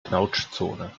knautschzone